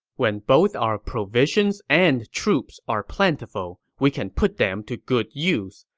when both our provisions and troops are plentiful, we can put them to good use,